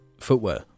footwear